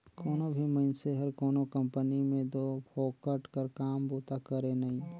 कोनो भी मइनसे हर कोनो कंपनी में दो फोकट कर काम बूता करे नई